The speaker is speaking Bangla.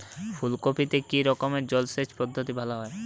ফুলকপিতে কি রকমের জলসেচ পদ্ধতি ভালো হয়?